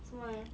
什么来的